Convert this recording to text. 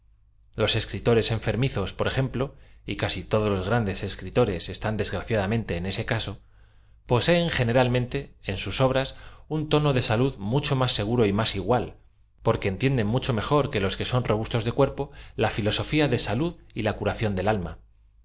todos los grandes escritores están desgraciadamente en ese caso poseen generalmen te en sus obras un tono de salud mucho máa seguro y más igual porque entienden mucho m ejor que los que son robustos de cuerpo la ñlosoña de salud y la ca ración del alm